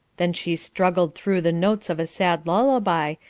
then she struggled through the notes of a sad lullaby,